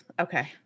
okay